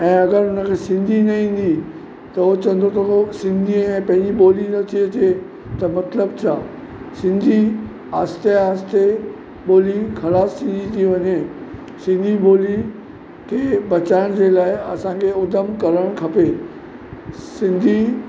ऐं अगरि हुनखे सिंधी न ईंदी त उहो चवंदो त उहो सिंधी आहीं ऐं पंहिंजी ॿोली नथी अचे त मतलबु छा सिंधी आस्ते आस्ते ॿोली ख़लासि थींदी थी वञे सिंधी बोलीअ खे बचाइण जे लाइ असांखे उधम करणु खपे सिंधी